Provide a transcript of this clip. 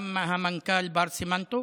גם המנכ"ל בר סימן טוב